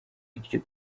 iryo